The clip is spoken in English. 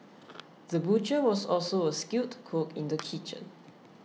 the butcher was also a skilled cook in the kitchen